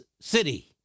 city